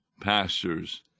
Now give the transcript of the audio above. pastors